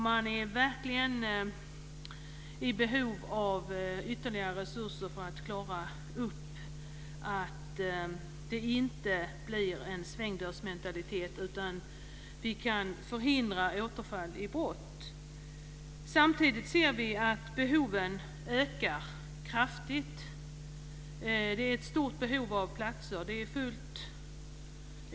Man är verkligen i behov av ytterligare resurser för att se till att det inte skapas en svängdörrsmentalitet, utan att vi kan förhindra återfall i brott. Samtidigt ser vi att behoven ökar kraftigt. Det finns ett stort behov av platser.